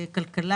את היעדים שלך,